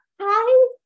Hi